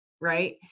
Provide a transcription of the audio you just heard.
right